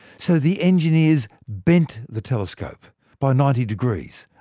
so the engineers bent the telescope by ninety degrees.